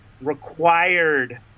required